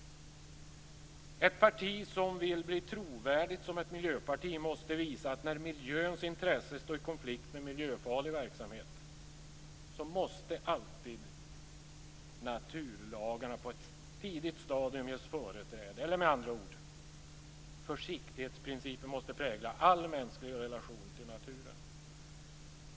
Ett parti som vill bli trovärdigt som ett miljöparti måste visa att när miljöns intresse står i konflikt med miljöfarlig verksamhet måste alltid naturlagarna på ett tidigt stadium ges företräde, eller med andra ord: försiktighetsprincipen måste prägla all mänsklig relation till naturen.